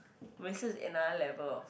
Marisa is another level of